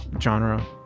genre